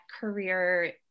career